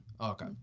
Okay